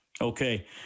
Okay